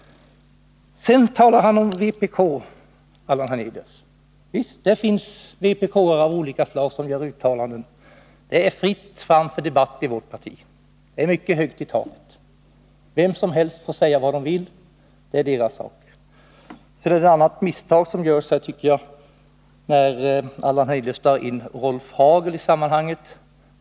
Allan Hernelius talar om vpk. Visst, det finns vpk:are av olika slag som gör uttalanden. Det är fritt fram för debatt i vårt parti. Det är mycket högt till taket. Alla får säga vad de vill — det är deras sak. Ett annat misstag som görs här är att Allan Hernelius drar in Rolf Hagel i sammanhanget.